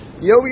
Yo